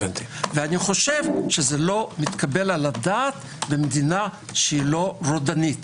אני חושב שזה לא מתקבל על הדעת במדינה שאינה רודנית.